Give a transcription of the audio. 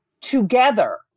together